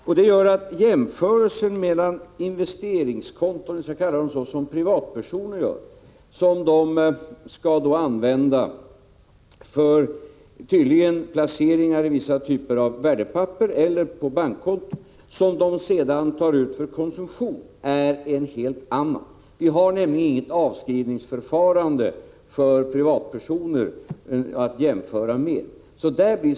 Det går inte att jämföra investeringsfonder och privatpersoners avsättningar på investeringskonton, där det handlar om medel som tydligen skall användas för placeringar i vissa typer av värdepapper eller på bankkonton och som sedan tas ut för konsumtion. När det gäller privatpersoner har vi nämligen inget avskrivningsförfarande att jämföra med.